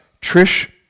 Trish